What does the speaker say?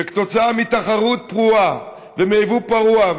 שכתוצאה מתחרות פרועה ומיבוא פרוע,